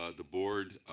ah the board